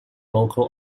local